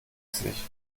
sich